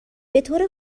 بطور